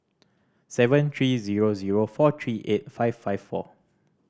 seven three zero zero four three eight five five four